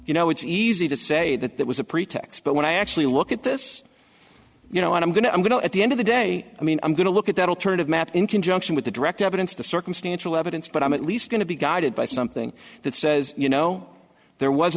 you know it's easy to say that that was a pretext but when i actually look at this you know i'm going to i'm going to at the end of the day i mean i'm going to look at that alternative map in conjunction with the direct evidence the circumstantial evidence but i'm at least going to be guided by something that says you know there was